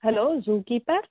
hello zoo keeper